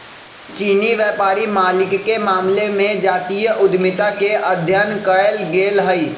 चीनी व्यापारी मालिके मामले में जातीय उद्यमिता के अध्ययन कएल गेल हइ